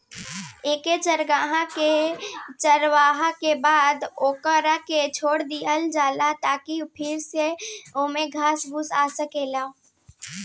एके चारागाह के चारावला के बाद ओकरा के छोड़ दीहल जाला ताकि फिर से ओइमे घास फूस आ सको